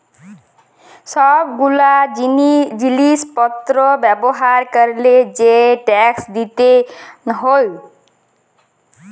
সব গুলা জিলিস পত্র ব্যবহার ক্যরলে যে ট্যাক্স দিতে হউ